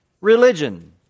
religion